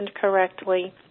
correctly